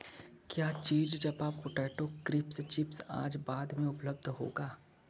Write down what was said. क्या चीज़ ज़पा पोटैटो क्रिस्प चिप्स आज बाद में उपलब्ध होगा